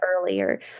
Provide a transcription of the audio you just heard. earlier